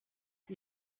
die